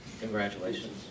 Congratulations